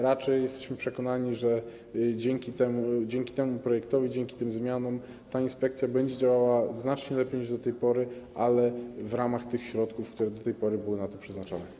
Raczej jesteśmy przekonani, że dzięki temu projektowi, dzięki tym zmianom ta inspekcja będzie działała znacznie lepiej niż do tej pory w ramach tych środków, które do tej pory były na to przeznaczane.